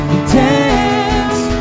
dance